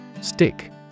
Stick